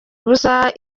ubusa